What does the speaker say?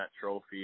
trophy